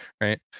right